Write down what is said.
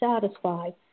satisfied